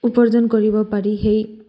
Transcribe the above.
উপাৰ্জন কৰিব পাৰি সেই